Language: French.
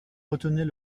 retenait